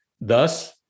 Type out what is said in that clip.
thus